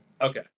Okay